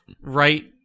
right